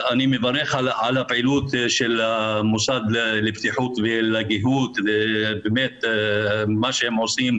אני מברך על הפעילות של המוסד לבטיחות ולגהות ובאמת מה שהם עושים,